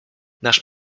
nasz